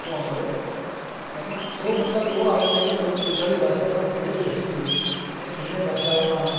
ઘટવા માંડ્યો એમાં થોડો બદલાવ એવો આવે છે કે લોકો ગુજરાતી ભાષા તરફ વેઈટેજ ઘટી ગયું અને અન્ય ભાષાઓમાં